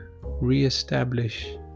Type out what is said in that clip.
reestablish